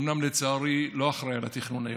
אומנם לצערי אני לא אחראי לתכנון היום,